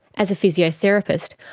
as a physiotherapist,